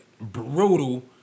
brutal